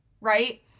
right